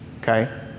okay